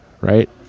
right